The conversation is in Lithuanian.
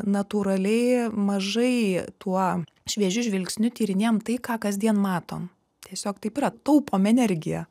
natūraliai mažai tuo šviežiu žvilgsniu tyrinėjam tai ką kasdien matom tiesiog taip yra taupom energiją